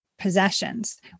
possessions